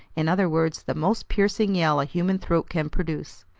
in other words, the most piercing yell a human throat can produce.